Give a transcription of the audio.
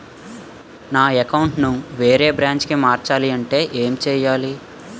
నా అకౌంట్ ను వేరే బ్రాంచ్ కి మార్చాలి అంటే ఎం చేయాలి?